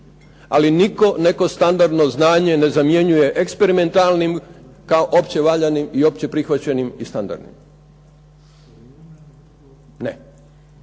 Ali nitko neko standardno znanje ne zamjenjuje eksperimentalnim kao opće valjanim i opće prihvaćenim i standardnim, ne,